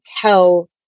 tell